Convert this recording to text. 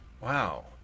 Wow